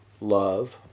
love